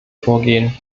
vorgehen